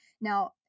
Now